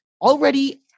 Already